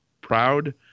proud